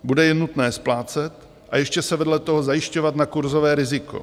Bude je nutné splácet a ještě se vedle toho zajišťovat na kurzové riziko.